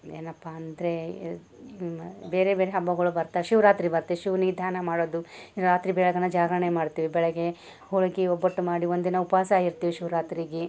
ಏನಪ್ಪ ಅಂದರೆ ಬೇರೆ ಬೇರೆ ಹಬ್ಬಗಳು ಬರ್ತಾ ಶಿವರಾತ್ರಿ ಬರತ್ತೆ ಶಿವ್ನಿಗೆ ಧ್ಯಾನ ಮಾಡೋದು ರಾತ್ರಿ ಬೆಳಗನ ಜಾಗರಣೆ ಮಾಡ್ತೀವಿ ಬೆಳಗ್ಗೆ ಹೋಳ್ಗೆ ಒಬ್ಬಟ್ಟು ಮಾಡಿ ಒಂದು ದಿನ ಉಪವಾಸ ಇರ್ತೀವಿ ಶಿವ್ರಾತ್ರಿಗೆ